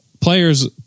Players